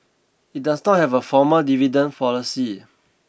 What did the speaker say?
it does not have a formal dividend policy